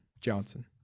Johnson